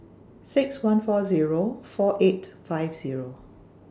six one four Zero four eight five Zero